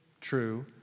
true